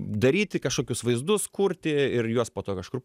daryti kažkokius vaizdus kurti ir juos po to kažkur